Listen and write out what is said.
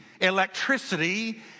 electricity